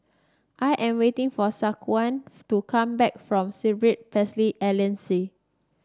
I am waiting for Shaquana to come back from Cerebral Palsy Alliance